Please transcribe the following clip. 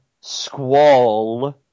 squall